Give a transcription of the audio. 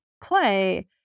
play